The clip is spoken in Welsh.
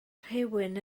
rhywun